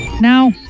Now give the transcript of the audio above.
Now